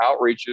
outreaches